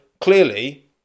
clearly